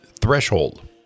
threshold